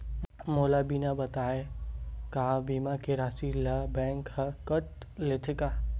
मोला बिना बताय का बीमा के राशि ला बैंक हा कत लेते का?